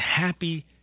Happy